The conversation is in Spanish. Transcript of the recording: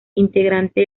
integrante